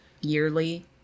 yearly